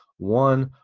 one,